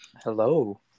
Hello